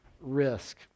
risk